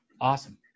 Awesome